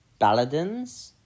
balladins